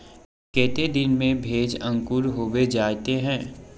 केते दिन में भेज अंकूर होबे जयते है?